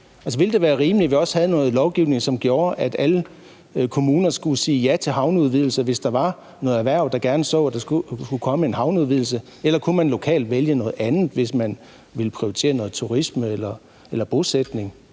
noget lovgivning, som gjorde, at alle kommuner skulle sige ja til havneudvidelser, hvis der var noget erhverv, der gerne så, at der skulle komme en havneudvidelse, ellers skulle man lokalt kunne vælge noget andet, hvis man ville prioritere noget turisme eller bosætning?